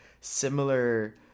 similar